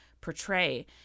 portray